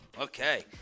Okay